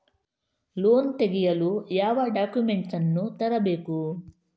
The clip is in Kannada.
ಲೋನ್ ತೆಗೆಯಲು ಯಾವ ಡಾಕ್ಯುಮೆಂಟ್ಸ್ ಅನ್ನು ತರಬೇಕು?